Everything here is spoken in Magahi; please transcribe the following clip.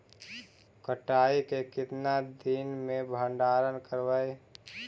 कटाई के कितना दिन मे भंडारन करबय?